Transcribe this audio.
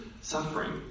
suffering